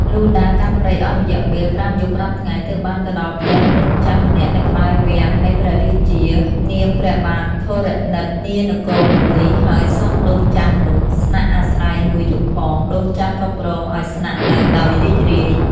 លុះដើរកាត់ព្រៃអស់រយៈពេល ៥យប់៥ថ្ងៃ ទើបបានទៅដល់ផ្ទះដូនចាស់ម្នាក់នៅក្បែរវាំងនៃព្រះរាជា នាមព្រះបាទធរណិតនានគរមួយ ហើយសុំដូនចាស់នោះស្នាក់អាស្រ័យមួយយប់ផង ដូនចាស់ក៏ព្រមឲ្យស្នាក់នៅដោយរីករាយ។